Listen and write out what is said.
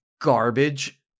garbage